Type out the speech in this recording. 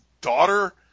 daughter